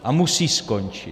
A musí skončit.